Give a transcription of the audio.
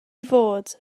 fod